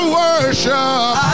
worship